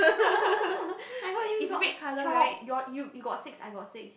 I heard him got twelive you got six I got six